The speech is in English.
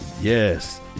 Yes